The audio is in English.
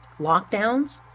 lockdowns